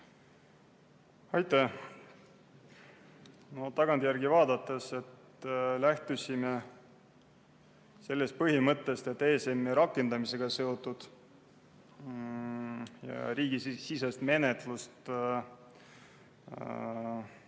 Aitäh! No tagantjärgi vaadates lähtusime sellest põhimõttest, et ESM‑i rakendamisega seotud riigisisest menetlust